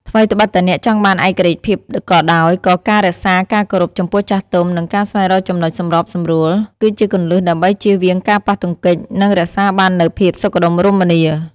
ថ្វីត្បិតតែអ្នកចង់បានឯករាជ្យភាពក៏ដោយ ក៏ការ រក្សាការគោរព ចំពោះចាស់ទុំ និងការ ស្វែងរកចំណុចសម្របសម្រួល គឺជាគន្លឹះដើម្បីជៀសវាងការប៉ះទង្គិច និងរក្សាបាននូវភាពសុខដុមរមនា។